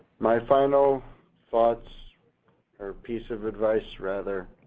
my final thoughts or piece of advice, rather,